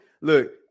Look